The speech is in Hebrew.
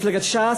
מפלגת ש"ס,